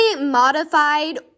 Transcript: modified